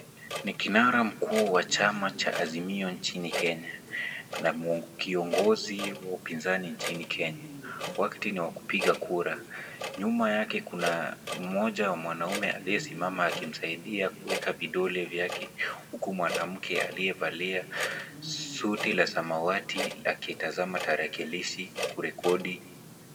Ni kinara mkuu wa chama cha Azimio nchini Kenya na kiongozi wa upinzani nchini Kenya. Wakati ni wa kupiga kura. Nyuma yake kuna mmoja wa wanaume aliyesimama akimsaidia kuweka vidole vyake, huku mwanamke aliyevalia suti la samawati akitazama tarakilishi kurekodi.